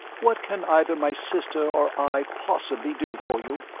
what can either my sister or i possibly do for you?